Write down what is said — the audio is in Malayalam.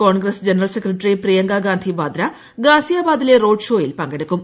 Congress general secretary Priyanka Gandhi Vadra ഗാസിയാബാദിലെ road ഷോയിൽ പങ്കെടുക്കും